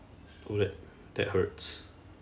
oh that that hurts